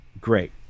great